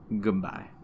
Goodbye